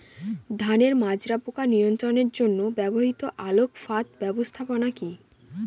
ধানের মাজরা পোকা নিয়ন্ত্রণের জন্য ব্যবহৃত আলোক ফাঁদ ব্যবস্থাপনা কি?